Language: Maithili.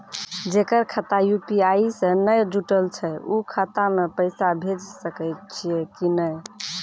जेकर खाता यु.पी.आई से नैय जुटल छै उ खाता मे पैसा भेज सकै छियै कि नै?